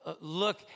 look